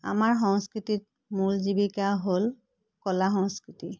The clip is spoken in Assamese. আমাৰ সংস্কৃতিত মূল জীৱিকা হ'ল কলা সংস্কৃতি